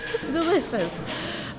Delicious